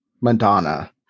Madonna